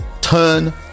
turn